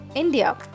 India